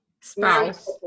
spouse